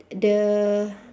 the